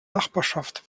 nachbarschaft